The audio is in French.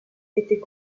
était